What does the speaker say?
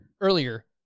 earlier